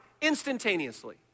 instantaneously